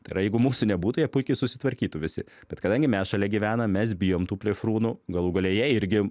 tai yra jeigu mūsų nebūtų jie puikiai susitvarkytų visi bet kadangi mes šalia gyvenam mes bijom tų plėšrūnų galų gale jie irgi